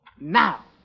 Now